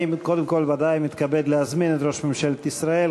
אני קודם כול מתכבד להזמין את ראש ממשלת ישראל,